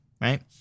right